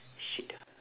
shit